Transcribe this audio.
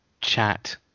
chat